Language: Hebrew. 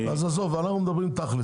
אז, עזוב, אנחנו עכשיו מדברים תכל'ס.